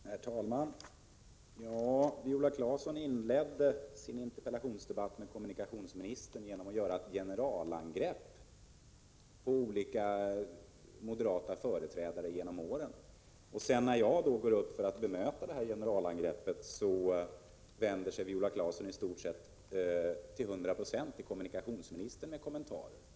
Herr talman! Viola Claesson inledde sin interpellationsdebatt med kom = 17 februari 1987 munikationsministern genom att göra ett generalangrepp på olika moderata företrädare genom åren. När jag sedan gick upp och bemötte detta generalangrepp, vände sig Viola Claesson i stort sett till 100 90 till kommunikationsministern med sina kommentarer.